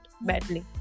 badly